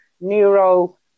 neuro